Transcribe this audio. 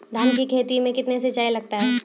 धान की खेती मे कितने सिंचाई लगता है?